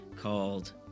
called